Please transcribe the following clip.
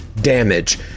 damage